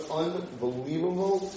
unbelievable